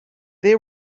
they